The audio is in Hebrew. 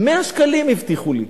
100 שקלים הבטיחו לי.